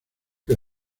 que